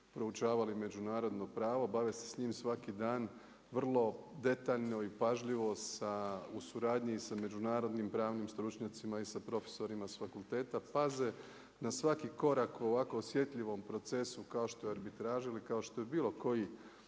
proučavali međunarodno pravo, bave sa njim svaki dan, vrlo detaljno i pažljivo u suradnji sa međunarodnim pravnim stručnjacima i sa profesorima sa fakulteta paze na svaki korak u ovako osjetljivom procesu kao što je arbitraža ili kao što je bilo koji